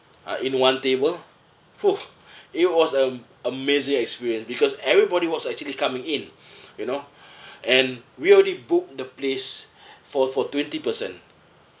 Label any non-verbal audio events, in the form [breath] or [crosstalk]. uh in one table !fuh! [breath] it was am~ amazing experience because everybody was actually coming in [breath] you know [breath] and we already book the place [breath] for for twenty person